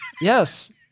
yes